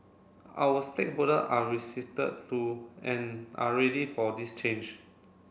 our stakeholder are to and are ready for this change